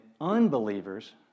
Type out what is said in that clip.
unbelievers